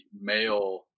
male